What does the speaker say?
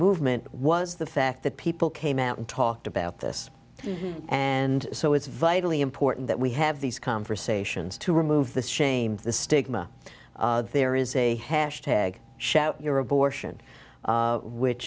movement was the fact that people came out and talked about this and so it's vitally important that we have these conversations to remove the shame the stigma there is a hash tag shout your abortion which